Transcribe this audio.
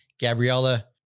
Gabriella